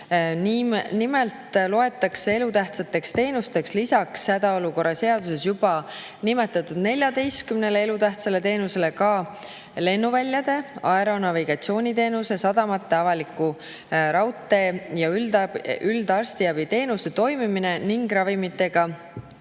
Nimelt loetakse elutähtsateks teenusteks lisaks hädaolukorra seaduses juba nimetatud 14‑le elutähtsale teenusele ka lennuväljade, aeronavigatsiooniteenuse, sadamate, avaliku raudtee ja üldarstiabi teenuste toimimine ning ravimitega